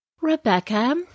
Rebecca